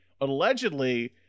allegedly